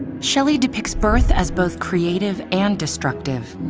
shelley depicts birth as both creative and destructive,